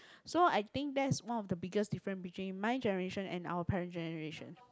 so I think that's one of the biggest difference between my generation and our parent generation